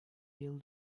yıl